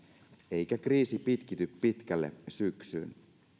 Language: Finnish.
eikä kriisi pitkity pitkälle syksyyn